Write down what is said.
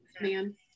man